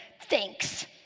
thanks